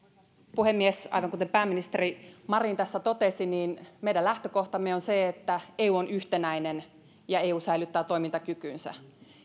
puhemies aivan kuten pääministeri marin tässä totesi meidän lähtökohtamme on se että eu on yhtenäinen ja eu säilyttää toimintakykynsä